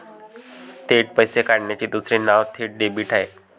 थेट पैसे काढण्याचे दुसरे नाव थेट डेबिट आहे